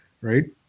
right